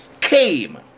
came